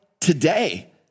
today